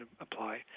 apply